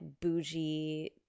bougie